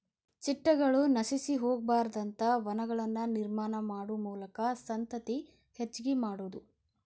ಚಿಟ್ಟಗಳು ನಶಿಸಿ ಹೊಗಬಾರದಂತ ವನಗಳನ್ನ ನಿರ್ಮಾಣಾ ಮಾಡು ಮೂಲಕಾ ಸಂತತಿ ಹೆಚಗಿ ಮಾಡುದು